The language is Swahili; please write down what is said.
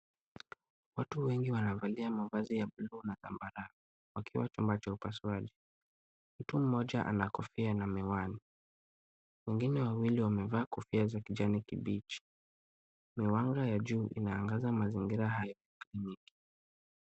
Watu wengi wanavalia mavazi ya buluu na zambarau wakiwa chumba cha upasuaji. Mtu mmoja ana kofia na miwani. Wengine wawili wamevaa kofia za kijani kibichi. Miwanga ya juu inaangaza mazingira haya.